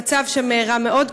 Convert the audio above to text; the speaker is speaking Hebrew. המצב שם רע מאוד.